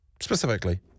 specifically